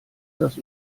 das